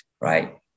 right